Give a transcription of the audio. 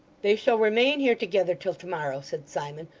they shall remain here together till to-morrow said simon,